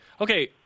okay